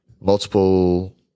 multiple